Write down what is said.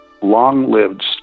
long-lived